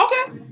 Okay